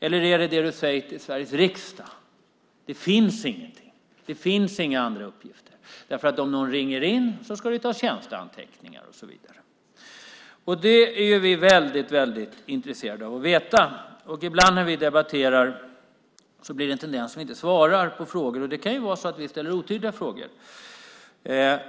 Eller är det så som du skriver till Sveriges riksdag, att det inte finns några andra? Om någon ringer in ska det tas tjänsteanteckningar och så vidare. Det är vi väldigt intresserade av att få veta. Ibland när vi debatterar blir det så att du inte ens svarar på frågor, och det kan vara så att vi ställer otydliga frågor.